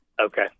okay